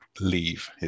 leave